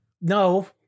no